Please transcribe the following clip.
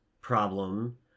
problem